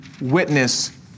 witness